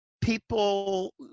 people